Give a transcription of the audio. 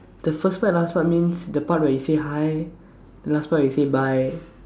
the first part last part means the part that he say hi the last part he say bye